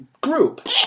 group